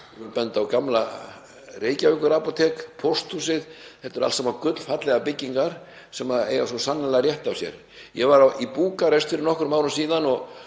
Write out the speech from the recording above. Ég vil benda á gamla Reykjavíkurapótek og pósthúsið. Þetta eru allt saman gullfallegar byggingar sem eiga svo sannarlega rétt á sér. Ég var í Búkarest fyrir nokkrum árum og